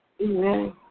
Amen